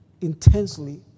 intensely